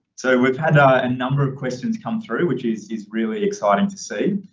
so we've had a number of questions come through, which is is really exciting to see.